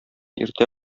иртә